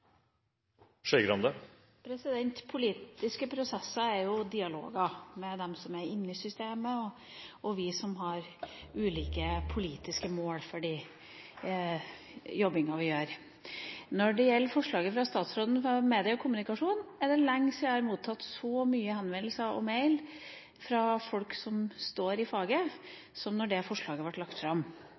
inne i systemet og oss som har ulike politiske mål for den jobben vi gjør. Når det gjelder forslaget fra statsråden om medier og kommunikasjon, er det lenge siden jeg har mottatt så mange henvendelser og mail fra folk som står i faget, som da det forslaget ble lagt fram.